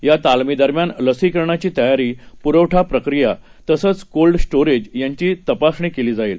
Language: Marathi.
यातालमीदरम्यानलसीकरणाचीतयारी पुरवठाप्रक्रियातसंचकोल्डस्टोरेजयांचीतपासणीकेलीजाईल